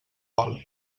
vol